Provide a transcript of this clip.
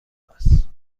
است